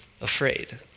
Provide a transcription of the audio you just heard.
afraid